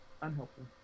Unhelpful